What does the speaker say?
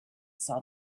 saw